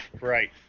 Right